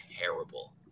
terrible